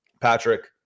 Patrick